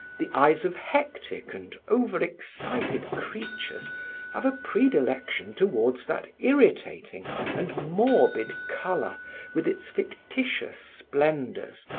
the eyes of hectic and over-excited creatures have a predilection toward that irritating and morbid color with its fictitious splendors,